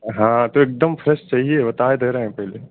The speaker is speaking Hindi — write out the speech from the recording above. हाँ तो एकदम फ्रेश चाहिए बता दे रहे हैं पहले